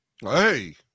Hey